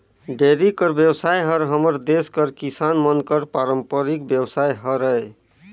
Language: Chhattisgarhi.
डेयरी कर बेवसाय हर हमर देस कर किसान मन कर पारंपरिक बेवसाय हरय